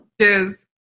Cheers